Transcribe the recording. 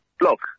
Look